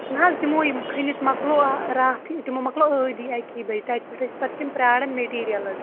نہ حظ تِمو کھٔنِتھ مۄکلو راتھٕے تِمو مَکلوو عٲدی اَکہِ بَجہِ تَتہِ پٮ۪ٹھَے ٲسۍ پَتہٕ تِم پیاران میٚٹیٖریَلَس